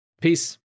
Peace